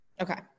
Okay